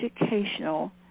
educational